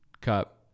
cup